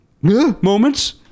moments